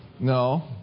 No